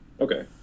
Okay